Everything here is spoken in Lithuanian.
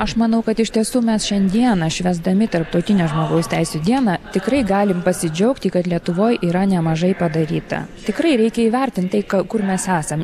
aš manau kad iš tiesų mes šiandieną švęsdami tarptautinę žmogaus teisių dieną tikrai galim pasidžiaugti kad lietuvoj yra nemažai padaryta tikrai reikia įvertint tai kur mes esam